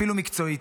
אפילו מקצועית.